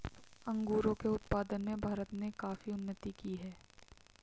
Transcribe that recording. अंगूरों के उत्पादन में भारत ने काफी उन्नति की है